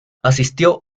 asistió